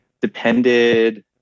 depended